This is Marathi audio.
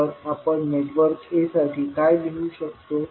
तर आपण नेटवर्क a साठी काय लिहू शकतो